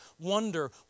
wonder